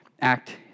act